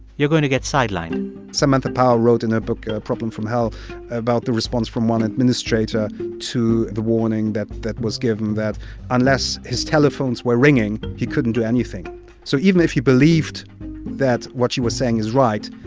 you're going to get sidelined samantha power wrote in her book a problem from hell about the response from one administrator to the warning that that was given that unless his telephones were ringing, he couldn't do anything. so even if he believed that what she was saying is right,